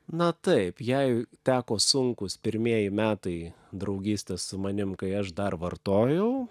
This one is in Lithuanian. na taip jai teko sunkūs pirmieji metai draugystės su manim kai aš dar vartojau